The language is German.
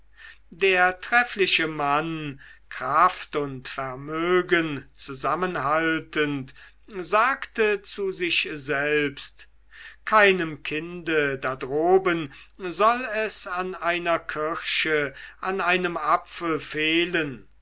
der treffliche mann kraft und vermögen zusammenhaltend sagte zu sich selbst keinem kinde da droben soll es an einer kirsche an einem apfel fehlen